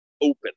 open